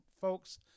Folks